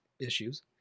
issues